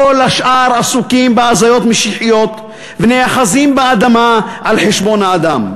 כל השאר עסוקים בהזיות משיחיות ונאחזים באדמה על חשבון האדם.